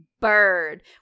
bird